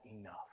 enough